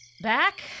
back